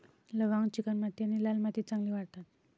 लवंग चिकणमाती आणि लाल मातीत चांगली वाढतात